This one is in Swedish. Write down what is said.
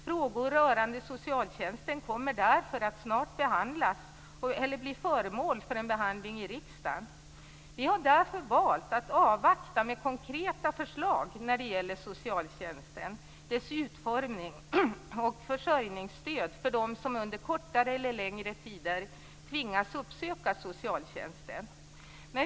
Frågor rörande socialtjänsten kommer därför att snart bli föremål för en behandling i riksdagen. Vi har därför valt att avvakta med konkreta förslag när det gäller socialtjänsten, dess utformning och försörjningsstöd för dem som under kortare eller längre tider tvingas uppsöka socialtjänsten.